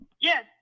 Yes